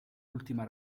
ultima